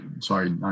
sorry